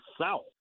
south